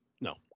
No